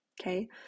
okay